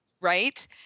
Right